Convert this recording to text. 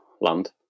land